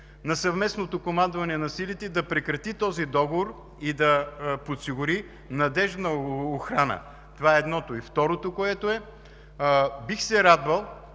на Съвместното командване на силите да прекрати този договор и да подсигури надеждна охрана – това е едното. Второто, бих се радвал